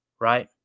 right